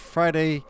Friday